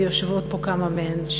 ויושבות פה כמה מהן,